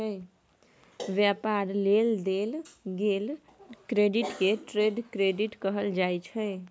व्यापार लेल देल गेल क्रेडिट के ट्रेड क्रेडिट कहल जाइ छै